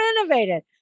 innovated